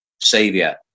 Savior